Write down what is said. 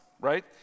right